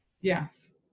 Yes